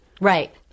Right